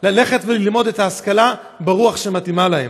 ללכת וללמוד את ההשכלה ברוח שמתאימה להם.